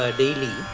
daily